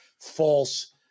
false